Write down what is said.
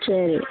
சரி